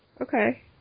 Okay